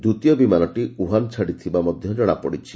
ଦିତୀୟ ବିମାନଟି ଉହାନ ଛାଡ଼ିଥିବା ମଧ ଜଣାପଡ଼ିଛି